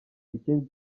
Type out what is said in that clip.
ikindi